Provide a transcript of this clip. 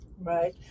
Right